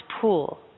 pool